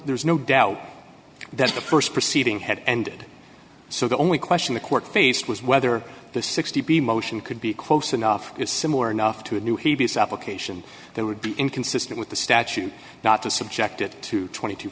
there is no doubt that the st proceeding had ended so the only question the court faced was whether the sixty motion could be close enough is similar enough to a new he visa application that would be inconsistent with the statute not to subjected to tw